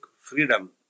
freedom